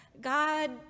God